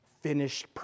finished